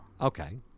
Okay